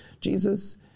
Jesus